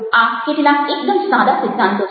આ કેટલાક એકદમ સાદા સિદ્ધાંતો છે